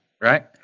Right